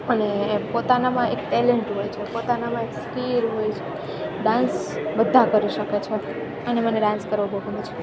અને પોતાનામાં એક ટેલેન્ટ હોય છે પોતાના એક સ્પીડ હોય છે ડાન્સ બધાં કરી શકે છે અને મને ડાન્સ કરવો બહુ ગમે છે